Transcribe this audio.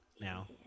now